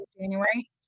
January